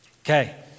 Okay